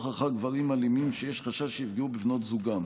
אחר גברים אלימים שיש חשש שיפגעו בבנות זוגם.